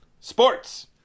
Sports